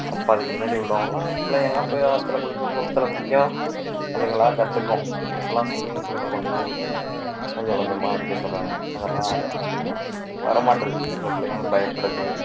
அப்போ அதுக்கு முன்னாடி உள்ளவங்களாம் பிள்ளைங்களாம் போய் ஆற்றுல குளிக்கும் குளத்துல குளிக்கும் அதுங்களாக கற்றுக்கும் இப்பெல்லாம் சும்மிங் ஃபூல்லை கொண்டு போய் விட்டு கொஞ்சம் கொஞ்சமாக அடிக்க சொல்கிறாங்க அதெல்லாம் ஆரோக்கியமாக வர மாட்டேது சில பிள்ளைங்களுக்கு பயப்படுது